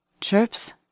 chirps